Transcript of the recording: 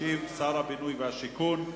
ישיב שר הבינוי והשיכון,